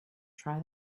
try